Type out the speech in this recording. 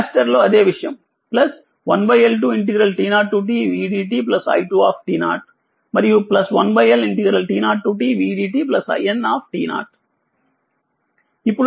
capacitor లో అదే విషయం 1L2t0tv dt i2 మరియు 1LNt0tv dt iN